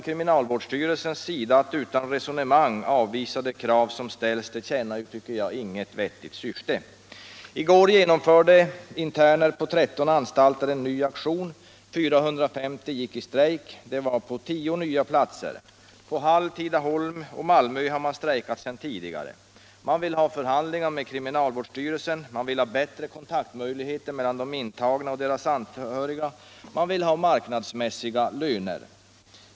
Kriminalvårdsstyrelsens attityd att utan resonemang avvisa de krav som ställs tjänar ju inget vettigt syfte. I går genomförde internerna på 13 anstalter en ny aktion — 450 gick i strejk — på 10 nya platser; på Hall, i Tidaholm och i Malmö har man strejkat sedan tidigare. Man vill ha förhandlingar med kriminalvårdsstyrelsen, man vill ha bättre möjligheter till kontakt mellan de intagna och deras anhöriga, man vill ha marknadsmässiga löner.